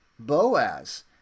Boaz